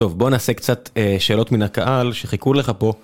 טוב, בואו נעשה קצת שאלות מן הקהל שחיכו לך פה.